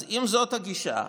אז אם זאת הגישה,